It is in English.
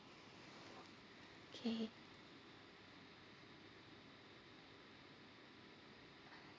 K